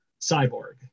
cyborg